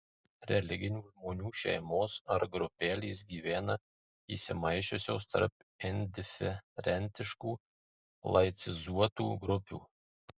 religingų žmonių šeimos ar grupelės gyvena įsimaišiusios tarp indiferentiškų laicizuotų grupių